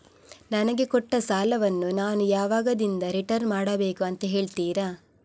ನನಗೆ ಕೊಟ್ಟ ಸಾಲವನ್ನು ನಾನು ಯಾವಾಗದಿಂದ ರಿಟರ್ನ್ ಮಾಡಬೇಕು ಅಂತ ಹೇಳ್ತೀರಾ?